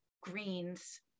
greens